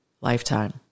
lifetime